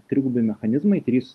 trigubi mechanizmai trys